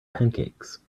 pancakes